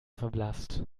verblasst